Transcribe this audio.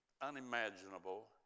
unimaginable